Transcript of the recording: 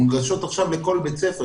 מונגשות עכשיו לכל בית ספר,